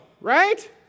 right